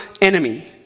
enemy